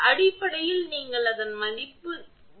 அடிப்படையில் நீங்கள் அதன் மதிப்பு E